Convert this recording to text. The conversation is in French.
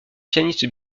pianiste